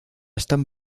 están